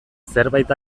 zerbait